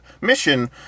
mission